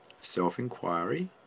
Self-inquiry